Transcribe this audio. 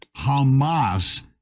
Hamas